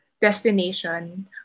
destination